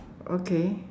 okay